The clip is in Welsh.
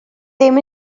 ddim